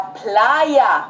playa